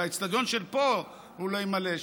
את האצטדיון של פה הוא לא ימלא,